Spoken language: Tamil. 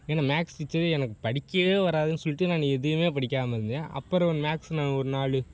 ஏன்னால் மேக்ஸ் டீச்சரு எனக்கு படிக்கவே வராதுன்னு சொல்லிட்டு நான் எதுவுமே படிக்காமல் இருந்தேன் அப்புறம் மேக்ஸ் நான் ஒரு நாலு